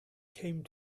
came